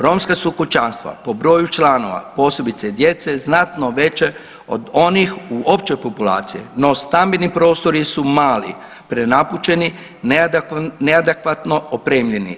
Romska su kućanstva po broju članova, posebice djece znatno veće od onih u općoj populaciji, no stambeni prostori su mali, prenapučeni, neadekvatno opremljeni.